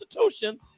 Constitution